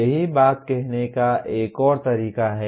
यही बात कहने का एक और तरीका है